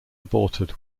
aborted